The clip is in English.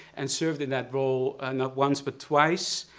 and served in that role not once, but twice.